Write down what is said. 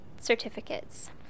certificates